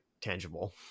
tangible